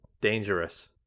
Dangerous